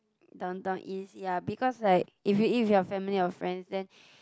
Downtown-East ya because like if you eat with your family or friends then